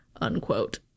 unquote